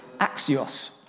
axios